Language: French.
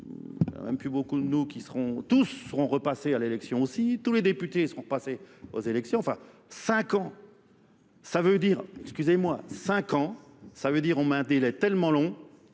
il n'y aura plus beaucoup de nous qui seront... Tous seront repassés à l'élection aussi. Tous les députés seront repassés aux élections. Enfin, 5 ans, ça veut dire... Excusez-moi, 5 ans, ça veut dire qu'on maintenait les tellement longs.